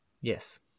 Yes